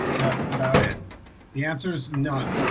that's about it the answer is none.